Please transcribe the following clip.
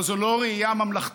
אבל זאת לא ראייה ממלכתית.